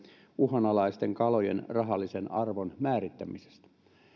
uhanalaisten kalojen rahallisen arvon määrittämisestä